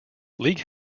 league